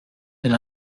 elle